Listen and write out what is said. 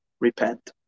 repent